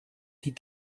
die